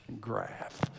graph